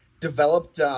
developed